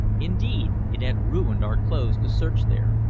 indeed, it had ruined our clothes to search there,